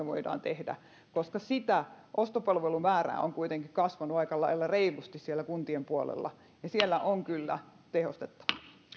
voidaan tehdä koska ostopalvelun määrä on kuitenkin kasvanut aika lailla reilusti siellä kuntien puolella ja siellä on kyllä tehostettavaa